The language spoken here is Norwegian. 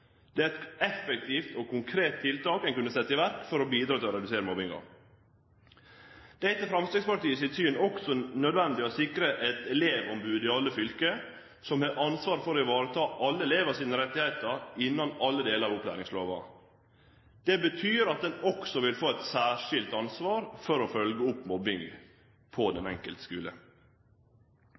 Det er eit effektivt og konkret tiltak ein kunne setje i verk for å bidra til å redusere mobbinga. Det er etter Framstegspartiet sitt syn også nødvendig å sikre eit elevombod i alle fylke, eit ombod som har ansvar for å ta vare på elevane sine rettar innan alle delar av opplæringslova. Det betyr at ein også vil få eit særskilt ansvar for å følgje opp mobbing på den enkelte skule.